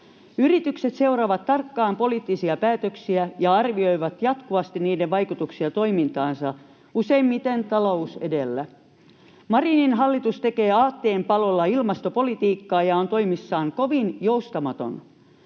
Yritykset seuraavat tarkkaan poliittisia päätöksiä ja arvioivat jatkuvasti niiden vaikutuksia toimintaansa, useimmiten talous edellä. Marinin hallitus tekee aatteen palolla ilmastopolitiikkaa ja on toimissaan kovin joustamaton.